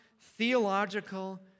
theological